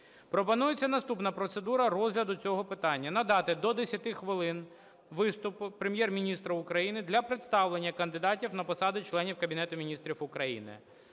Пропонується наступна процедура розгляду цього питання. Надати до 10 хвилин виступу Прем’єр-міністру України для представлення кандидатів на посаду членів Кабінету Міністрів України.